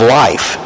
life